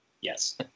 Yes